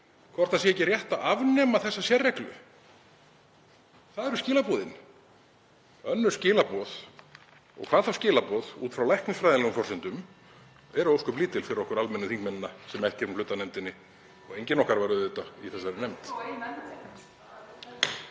hvort ekki sé rétt að afnema þessa sérreglu. Það eru skilaboðin. Önnur skilaboð, hvað þá skilaboð út frá læknisfræðilegum forsendum, eru ósköp lítil fyrir okkur almennu þingmennina sem ekki erum hluti af nefndinni og enginn okkar var í þessari nefnd.